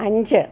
അഞ്ച്